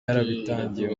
yarabitangiye